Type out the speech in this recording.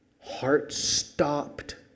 heart-stopped